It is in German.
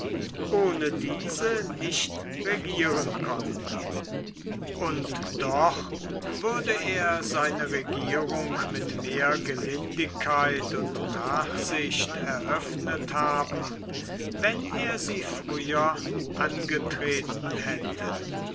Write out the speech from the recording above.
ohne diese nicht regieren konnte und doch würde er seine regierung mit mehr gelindigkeit und nachsicht eröffnet haben wenn er sie früher angetreten hätte